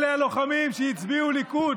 אלה הלוחמים שהצביעו ליכוד,